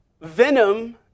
Venom